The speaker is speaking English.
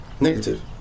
Negative